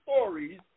stories